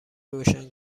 روشن